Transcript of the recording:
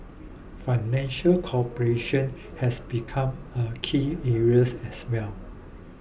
financial cooperation has become a key areas as well